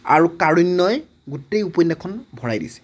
আৰু কাৰুণ্যই গোটেই উপন্যাসখন ভৰাই দিছে